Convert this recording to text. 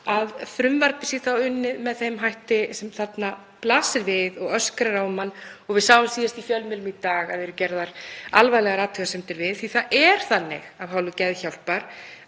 að frumvarpið sé unnið með þeim hætti sem blasir við og öskrar á mann og við sáum síðast í fjölmiðlum í dag að eru gerðar alvarlegar athugasemdir við. Það er þannig af hálfu Geðhjálpar,